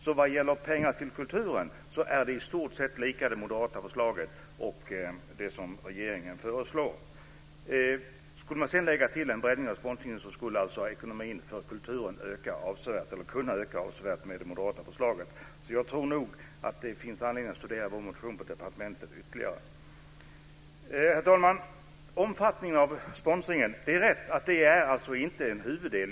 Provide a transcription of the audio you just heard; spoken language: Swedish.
Så vad gäller pengar till kulturen är det moderata förslaget och det som regeringen föreslår i stort sett likadant. Skulle man sedan lägga till en breddning av sponsringen så skulle ekonomin för kulturen kunna öka avsevärt med det moderata förslaget. Jag tror alltså att det finns anledning att studera vår motion på departementet ytterligare. Herr talman! När det gäller omfattningen av sponsringen så är det rätt att det inte är en huvuddel.